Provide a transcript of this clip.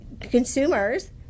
consumers